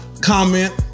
comment